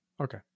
Okay